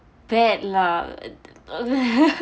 bad lah